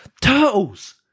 Turtles